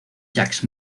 jacques